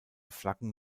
flaggen